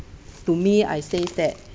to me I says that